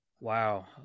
Wow